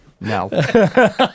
No